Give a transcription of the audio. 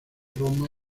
roma